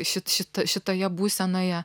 šit šit šitoje būsenoje